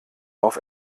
auf